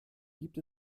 gibt